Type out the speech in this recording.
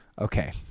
okay